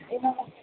एवं